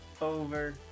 over